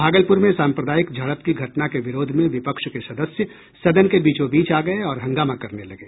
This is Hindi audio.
भागलपुर में साम्प्रदायिक झड़प की घटना के विरोध में विपक्ष के सदस्य सदन के बीचो बीच आ गये और हंगामा करने लगे